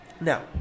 now